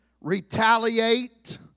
retaliate